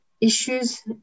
issues